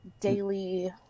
Daily